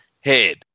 head